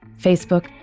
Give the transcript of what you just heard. Facebook